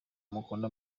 mukunde